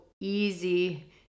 easy